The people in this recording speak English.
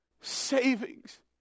savings